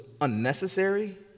unnecessary